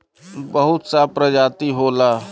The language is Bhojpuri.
बहुत सा प्रजाति होला